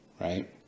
Right